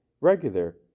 regular